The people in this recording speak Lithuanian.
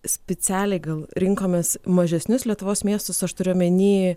specialiai gal rinkomės mažesnius lietuvos miestus aš turiu omeny